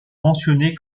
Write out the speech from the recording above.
mentionnée